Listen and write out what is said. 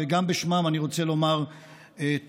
וגם בשמם אני רוצה לומר תודה.